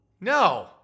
No